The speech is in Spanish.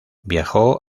viajó